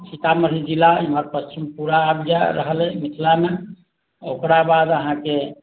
सीतामढ़ी जिला इमहर पश्चिम पूरा आबि जाइत रहल अइ मिथिलामे ओकरा बाद अहाँकेँ